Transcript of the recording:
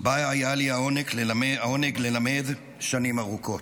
שבה היה לי העונג ללמד שנים ארוכות,